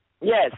yes